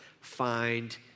find